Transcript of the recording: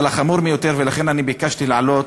אבל החמור ביותר, ולכן אני ביקשתי לעלות: